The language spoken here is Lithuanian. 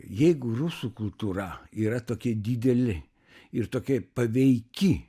jeigu rusų kultūra yra tokia didelė ir tokia paveiki